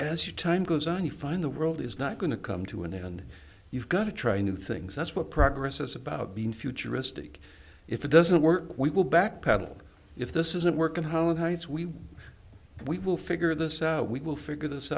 your time goes on you find the world is not going to come to an end you've got to try new things that's what progress is about being futuristic if it doesn't work we will back pedal if this isn't work at home with heights we we will figure this out we will figure this